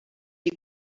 die